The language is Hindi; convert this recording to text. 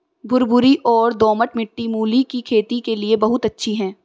भुरभुरी और दोमट मिट्टी मूली की खेती के लिए बहुत अच्छी है